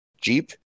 Jeep